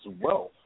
wealth